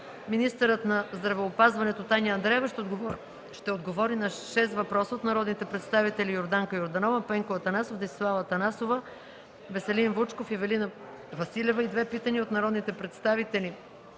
Министърът на здравеопазването Таня Андреева ще отговори на шест въпроса от народните представители